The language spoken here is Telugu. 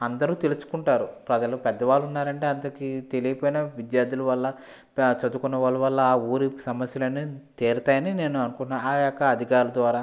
అందరూ తెలుసుకుంటారు ప్రజలు పెద్ద వాళ్ళు ఉన్నారంటే అంతకి తెలియకపోయినా విద్యార్థుల వల్ల చదువుకున్న వాళ్ళ వల్ల ఆ ఊరి సమస్యలన్నీ తీరుతాయని నేను అనుకున్నాను ఆ యొక్క అధికారుల ద్వారా